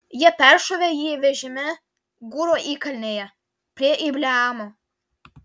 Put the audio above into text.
jie peršovė jį vežime gūro įkalnėje prie ibleamo